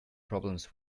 problems